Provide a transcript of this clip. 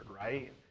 right